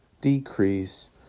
decrease